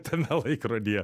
tame laikrodyje